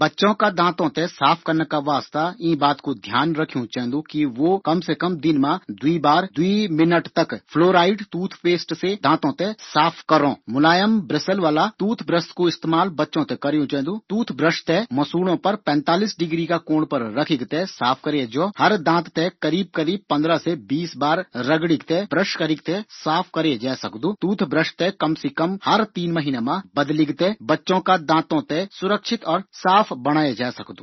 दांतों थें साफ रखण का वास्ता यीं बात कू ध्यान रखयू चैन्दु की वू दिन मा कम से कम दुइ बार दुइ मिनट का वास्ता फ्लोराइड टूथपेस्ट से दांतों थें साफ करों। मुलायम ब्रशल वाला टूथब्रश कू इस्तेमाल बच्चों थें करियूँ चैन्दू। ब्रश थें मसूड़ों से पैतालीस डिग्री का कोण पर रखीक थें साफ करियूँ जौ। हर दाँत थें करीब करीब पंद्रह से बीस बार रगडीक थें साफ करै जै सकदू। और टूथब्रश थें हर तीन महीना मा बदलियूँ चैन्दू।